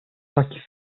taki